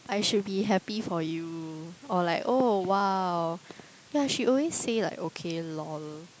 I should be happy for you or like oh !wow! ya she always say like okay lol